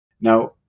Now